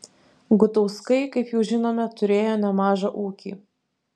gutauskai kaip jau žinome turėjo nemažą ūkį